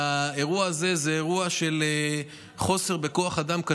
והאירוע הזה זה אירוע של חוסר קשה בכוח אדם.